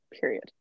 period